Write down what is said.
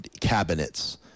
cabinets